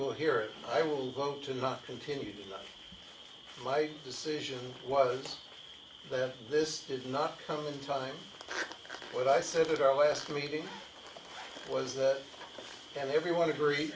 will hear i will vote to not continue my decision was that this did not come in time what i said at our last meeting was that everyone agree